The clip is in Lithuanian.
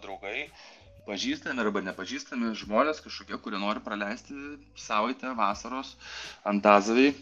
draugai pažįstami arba nepažįstami žmonės kažkokie kuri nori praleisti savaitę vasaros antazavėj